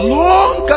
long